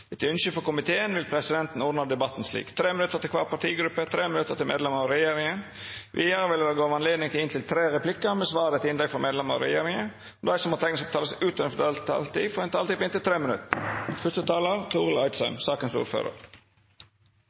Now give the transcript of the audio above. Etter ynskje frå kommunal- og forvaltningskomiteen vil presidenten ordna debatten slik: 3 minutt til kvar partigruppe og 3 minutt til medlemer av regjeringa. Vidare vil det verta gjeve anledning til replikkordskifte med inntil tre replikkar med svar etter innlegg frå medlemer av regjeringa, og dei som måtte teikna seg på talarlista utover den fordelte taletida, får òg ei taletid på inntil 3 minutt.